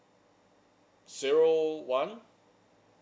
zero one